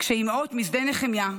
כשאימהות משדה נחמיה,